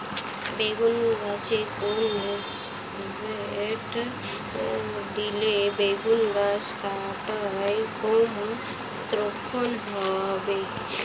বেগুন গাছে কোন ষ্টেরয়েড দিলে বেগু গাছের কাঁটা কম তীক্ষ্ন হবে?